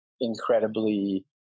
incredibly